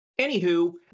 Anywho